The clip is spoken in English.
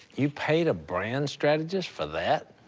you paid a brand strategist for that?